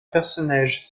personnage